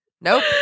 Nope